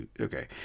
okay